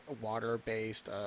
water-based